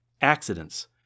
accidents